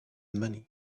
money